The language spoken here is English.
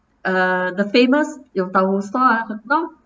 uh the famous yong tau fu store ah now